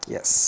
Yes